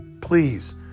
Please